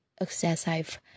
excessive